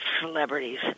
celebrities